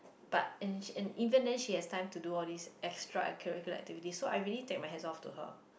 but and and even then she has time to do all this extra curriculum activity so I really take my hand off to her